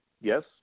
Yes